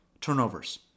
turnovers